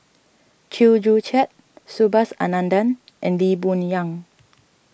Chew Joo Chiat Subhas Anandan and Lee Boon Yang